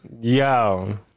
Yo